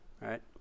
right